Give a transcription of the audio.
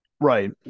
Right